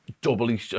doubly